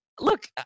look